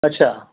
अच्छा